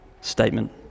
statement